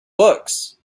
books